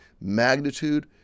magnitude